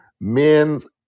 men's